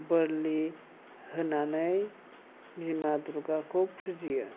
बोरलि होनानै बिमा दुर्गाखौ फुजियो